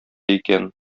икән